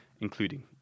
including